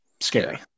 scary